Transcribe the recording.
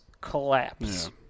collapse